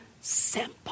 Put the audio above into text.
simple